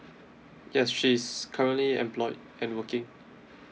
yes she's currently employed and working